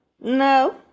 No